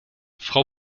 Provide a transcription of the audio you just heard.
frau